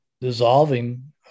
dissolving